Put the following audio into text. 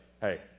hey